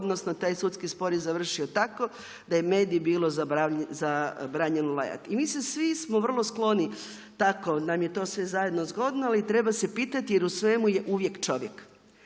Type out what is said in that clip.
odnosno taj sudski spor je završio tako da je medi bilo zabranjeno lajati. I mi svi smo vrlo skloni, tako nam je to sve zajedno zgodno, ali treba se pitati jer u svemu je uvijek čovjek.